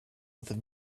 with